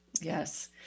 Yes